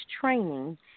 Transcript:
training